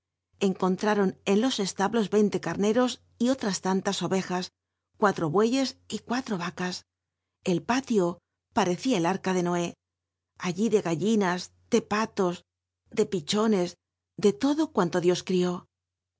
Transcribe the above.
encontraron en los establo yeinle c a rncro l otras tantas ovejas cuatro bueyes cual ro a ca el palio parc c ia el arca de oé allí de gallinas de palos de pichonc de lodo cuan lo dios crió